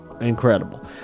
incredible